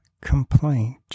complaint